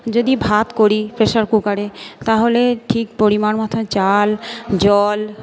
যদি ভাত করি প্রেশার কুকারে তাহলে ঠিক পরিমাণমতো চাল জল